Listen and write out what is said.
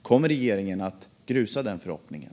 Kommer regeringen att grusa den förhoppningen?